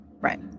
Right